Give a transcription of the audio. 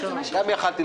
לא, לא.